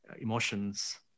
emotions